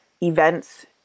events